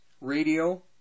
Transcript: Radio